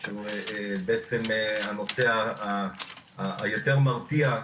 שהוא בעצם הנושא היותר מרתיע,